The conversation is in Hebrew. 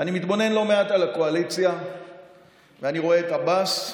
אני מתבונן לא מעט על הקואליציה ואני רואה את עבאס,